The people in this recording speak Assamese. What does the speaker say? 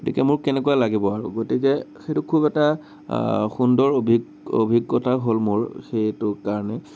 গতিকে মোৰ কেনেকুৱা লাগিব আৰু গতিকে সেইটো খুব এটা সুন্দৰ অভি অভিজ্ঞতা হ'ল মোৰ সেইটোৰ কাৰণে